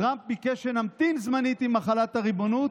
טראמפ ביקש שנמתין זמנית עם החלת הריבונות,